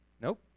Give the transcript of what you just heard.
Nope